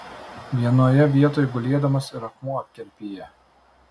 vienoje vietoj gulėdamas ir akmuo apkerpėja